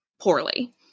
poorly